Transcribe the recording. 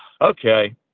okay